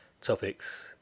topics